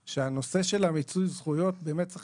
בנושא של מיצוי הזכויות אני חושב שצריך